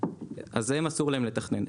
אז אסור להם לתכנן.